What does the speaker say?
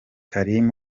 karim